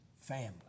family